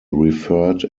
referred